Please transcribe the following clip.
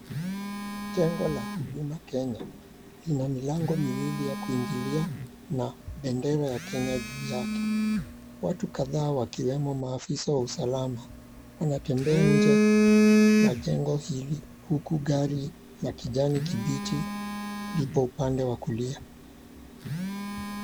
Jengo la Huduma Kenya lina milango miwili ya kuingilia na bendera ya Kenya juu yake, watu kadhaa wakiwemo maafisa wanatembea nje ya jengo hili, huku gari la kijani kibichi liko upande wa kulia.